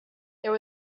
there